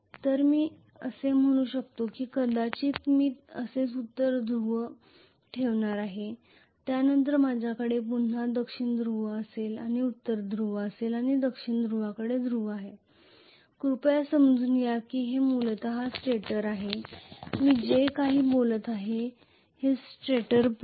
तर मी असे म्हणू शकतो की कदाचित मी असेच उत्तर ध्रुव ठेवणार आहे त्यानंतर माझ्याकडे पुन्हा दक्षिण ध्रुव असेल आणि उत्तर ध्रुव असेल आणि दक्षिणेकडील ध्रुव आहे कृपया समजून घ्या की हे मूलत स्टेटर आहे मी जे काही बोलत आहे ते आहे स्टॅटरर पोल